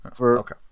Okay